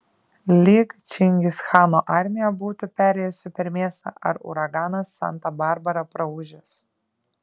lyg čingischano armija būtų perėjusi per miestą ar uraganas santa barbara praūžęs